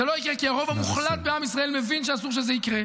זה לא יקרה כי הרוב המוחלט בעם ישראל מבין שאסור שזה יקרה,